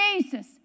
Jesus